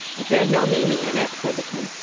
if there's no meaning in it said the king,